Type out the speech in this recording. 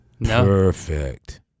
Perfect